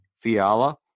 Fiala